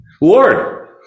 Lord